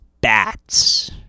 bats